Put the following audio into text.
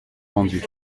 rendu